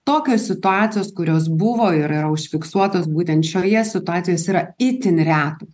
tokios situacijos kurios buvo ir yra užfiksuotos būtent šioje situacijoj jos yra itin retos